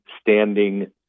standing